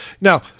Now